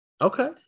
Okay